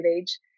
age